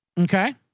Okay